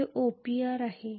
जे OPR आहे